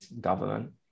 government